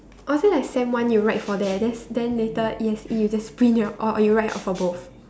or is it like sem one you write for that that's then later E_S_E you just print it out or you write out for both